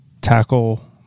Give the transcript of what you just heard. tackle